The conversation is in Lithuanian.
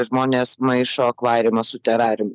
žmonės maišo akvariumą su terariumu